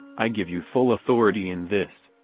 i give you full authority in this.